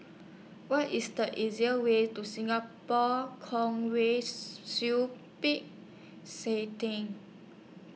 What IS The easier Way to Singapore Kwong Wai Siew Peck Say Theng